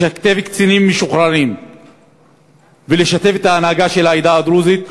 לשתף קצינים משוחררים ולשתף את ההנהגה של העדה הדרוזית,